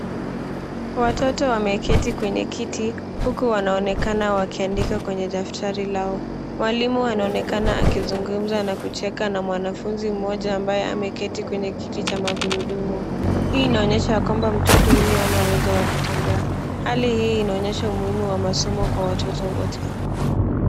Watoto wameketi kwenye kiti huku wanaonekana wakiandika kwenye daftari lao. Mwalimu anaonekana akizungumza na kucheka na mwanafunzi mmoja ambaye ameketi kwenye kiti cha magurudumu. Hii inaonyesha ya kwamba mtoto huyu hana uwezo wa kutembea. Hali hii inaonyesha umuhimu wa masomo kwa watoto wote.